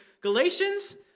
Galatians